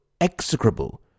execrable